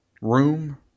room